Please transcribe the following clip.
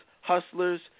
Hustlers